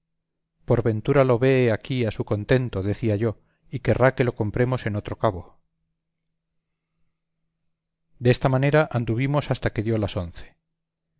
por ventura no lo vee aquí a su contento decía yo y querrá que lo compremos en otro cabo desta manera anduvimos hasta que dio las once